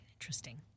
interesting